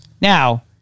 Now